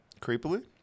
Creepily